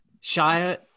Shia